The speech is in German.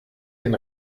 den